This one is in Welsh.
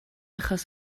achos